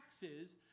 taxes